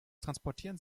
transportieren